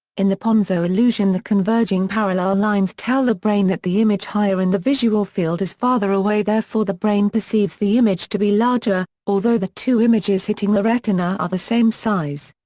in the ponzo illusion the converging parallel um lines tell the brain that the image higher in the visual field is farther away therefore the brain perceives the image to be larger, although the two images hitting the retina are the same size.